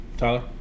Tyler